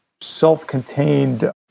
self-contained